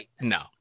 no